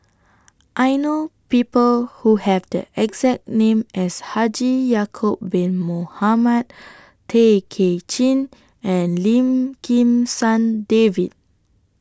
I know People Who Have The exact name as Haji Ya'Acob Bin Mohamed Tay Kay Chin and Lim Kim San David